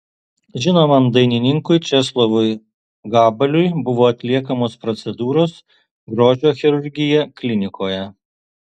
žinomam dainininkui česlovui gabaliui buvo atliekamos procedūros grožio chirurgija klinikoje